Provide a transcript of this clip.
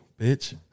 bitch